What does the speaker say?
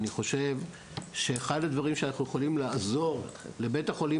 אני חושב שאחד הדברים שאנחנו יכולים לעזור לבית החולים